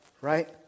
right